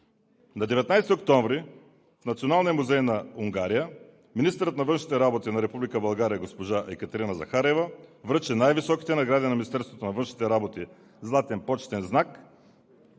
На 19 октомври в Националния музей на Унгария министърът на външните работи на Република България госпожа Екатерина Захариева връчи една от най-високите награди на Министерството на външните работи – златен почетен знак,